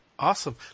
Awesome